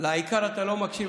לעיקר אתה לא מקשיב.